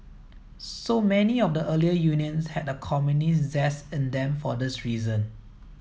so many of the earlier unions had a communist zest in them for this reason